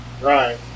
right